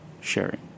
sharing